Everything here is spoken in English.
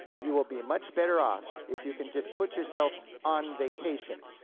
you will be much better off if you can just put yourself on vacation.